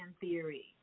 theory